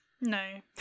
no